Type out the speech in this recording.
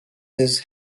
his